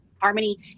harmony